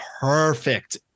perfect